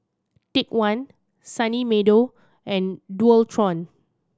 Take One Sunny Meadow and Dualtron